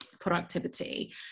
productivity